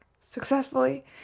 successfully